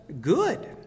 good